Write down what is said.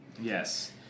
Yes